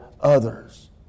others